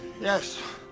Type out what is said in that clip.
Yes